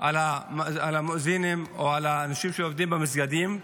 על המואזינים או על האנשים שעובדים במסגדים,